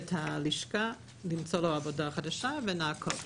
את הלשכה למצוא לו עבודה חדשה ונעקוב.